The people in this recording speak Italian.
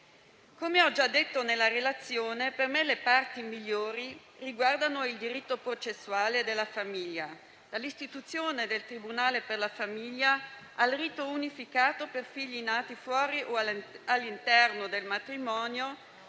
Come ho già detto nella relazione, per me le parti migliori riguardano il diritto processuale della famiglia, dall'istituzione del tribunale per la famiglia al rito unificato per figli nati fuori o all'interno del matrimonio,